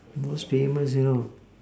most famous you know